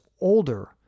older